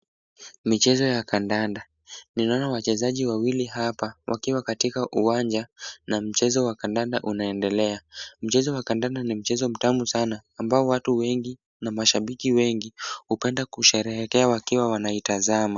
Michezo ya kandanda, ninaona wachezaji wawili hapa wakiwa katika uwanja na mchezo wa kandanda unaendelea. Mchezo wa kandanda ni mchezo mtamu sana ambao watu wengi na mashabiki wengi hupenda kusherehekea wakiwa wanaitazama.